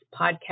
podcast